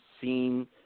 seen